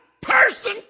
person